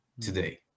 today